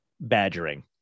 badgering